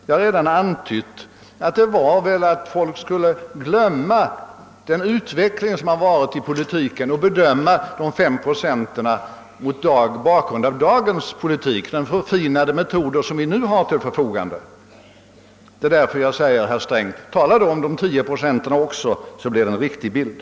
Jag har redan antytt att den måste vara att allmänheten skulle förbise den utveckling som har skett i arbetsmarknadspolitiken och bedöma de 5 procenten mot bakgrunden av dagens förutsättningar med de förfinade metoder som vi nu har till förfogande. Det är därför jag säger till herr Sträng: Tala då även om Edra 10 procent, så att det blir en riktig bild.